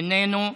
איננו.